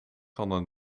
hadden